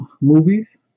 movies